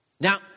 Now